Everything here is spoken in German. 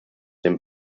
dem